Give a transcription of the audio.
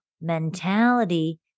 mentality